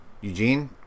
Eugene